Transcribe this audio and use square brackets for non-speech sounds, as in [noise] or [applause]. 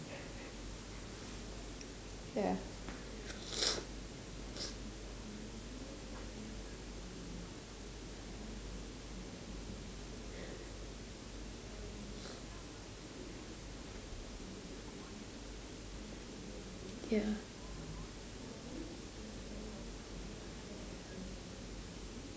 ya [noise] ya